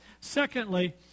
Secondly